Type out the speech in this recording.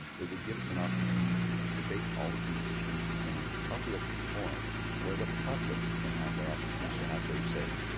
it would give us an opportunity to debate all of these issues in a public forum where the public can have their opportunity to have their say,